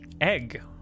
egg